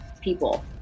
people